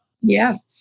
Yes